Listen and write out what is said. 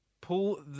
pull